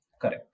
correct